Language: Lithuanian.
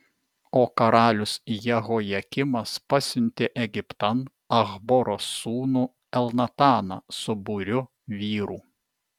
o karalius jehojakimas pasiuntė egiptan achboro sūnų elnataną su būriu vyrų